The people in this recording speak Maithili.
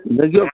देखियौ